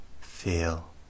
feel